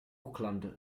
auckland